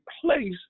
place